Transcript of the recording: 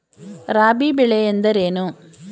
ರಾಬಿ ಬೆಳೆ ಎಂದರೇನು?